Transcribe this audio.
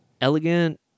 elegant